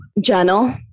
Journal